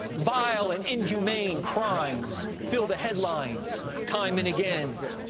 vile and inhumane crimes fill the headlines time and again.